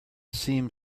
seemed